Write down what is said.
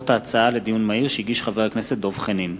הצעת חבר הכנסת דב חנין.